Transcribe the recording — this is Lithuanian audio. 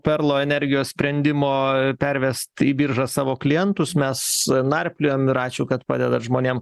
perlo energijos sprendimo pervest į biržą savo klientus mes narpliojom ir ačiū kad padedat žmonėm